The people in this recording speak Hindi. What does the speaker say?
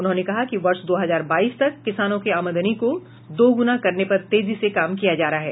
उन्होंने कहा कि वर्ष दो हजार बाईस तक किसानों की आमदनी को दोगुनी करने पर तेजी से काम किया जा रहा है